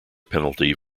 penalty